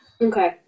Okay